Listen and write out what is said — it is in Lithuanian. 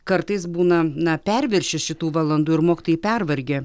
kartais būna na perviršis šitų valandų ir mokytojai pervargę